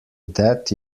that